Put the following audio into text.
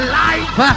life